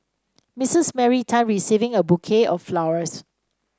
Mistress Mary Tan receiving a bouquet of flowers